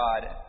God